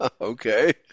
Okay